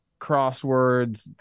crosswords